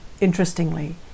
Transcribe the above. interestingly